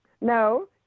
No